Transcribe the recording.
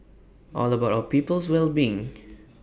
all about our people's well being